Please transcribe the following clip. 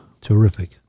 Terrific